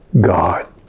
God